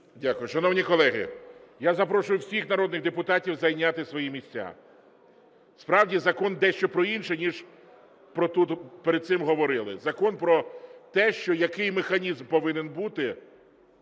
Дякую. Шановні колеги, я запрошую всіх народних депутатів зайняти свої місця. Справді, закон дещо про інше ніж перед цим говорили, закон про те, що який механізм повинен бути